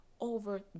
over